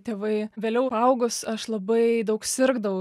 tėvai vėliau paaugus aš labai daug sirgdavau